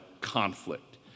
conflict